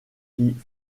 qui